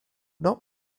not